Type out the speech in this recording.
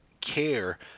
care